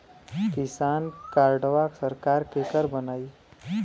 किसान कार्डवा सरकार केकर बनाई?